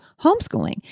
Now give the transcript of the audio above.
homeschooling